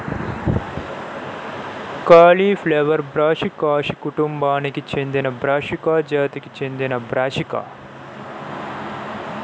cauliflower Brassicaceae కుటుంబానికి చెందినబ్రాసికా జాతికి చెందినబ్రాసికా